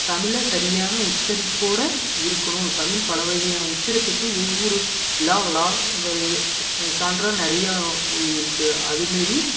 தமிழை சரியான உச்சரிப்போட இருக்கணும் தமிழ் பல வகையான உச்சரிப்புக்கள் ஒவ்வொரு ழா லா சான்றாக நிறைய இருக்குது அதை மாரி